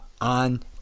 on